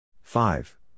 five